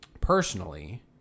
personally